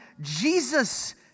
Jesus